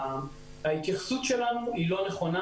ההתייחסות הזו לא נכונה.